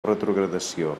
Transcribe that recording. retrogradació